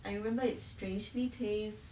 I remember it's strangely tastes